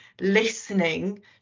listening